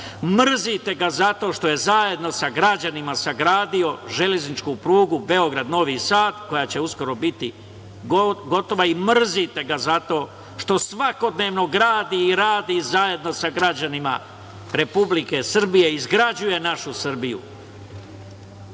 Mrzite ga zato što je zajedno sa građanima sagradio železničku prugu Beograd-Novi Sad, koja će uskoro biti gotova i mrzite ga zato što svakodnevno gradi i radi zajedno sa građanima Republike Srbije i izgrađuje našu Srbiju.